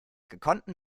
gekonnten